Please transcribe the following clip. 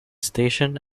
station